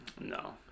No